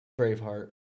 Braveheart